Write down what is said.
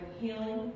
healing